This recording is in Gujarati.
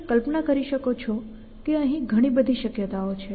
તમે કલ્પના કરી શકો છો કે અહીં ઘણી બધી શક્યતાઓ છે